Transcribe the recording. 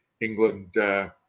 England